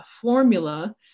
formula